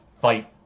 fight